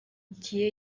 dieu